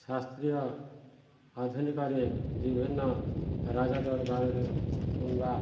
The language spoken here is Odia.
ଶାସ୍ତ୍ରୀୟ ଆଧୁନିକରେ ବିଭିନ୍ନ ରାଜ ଦରବାରରେ କିମ୍ବା